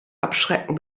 abschrecken